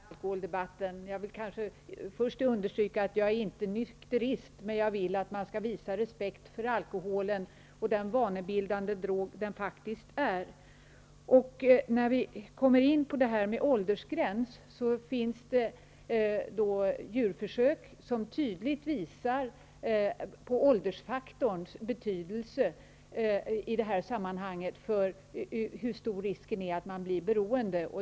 Herr talman! Det blir flera inlägg i den här alkoholdebatten. Jag vill först understryka att jag inte är nykterist, men jag vill att man skall visa respekt för alkoholen som den vanebildande drog den faktiskt är. När det gäller åldersgränsen vill jag säga att det faktiskt finns djurförsök som tydligt visar åldersfaktorns betydelse i det här sammanhanget för hur stor risk man löper att bli beroende.